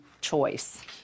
choice